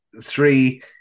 three